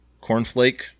Cornflake